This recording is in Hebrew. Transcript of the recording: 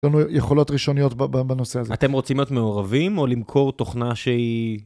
יש לנו יכולות ראשוניות בנושא הזה. אתם רוצים להיות מעורבים או למכור תוכנה שהיא...